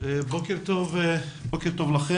בוקר טוב לכם,